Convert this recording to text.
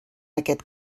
aquest